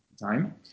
time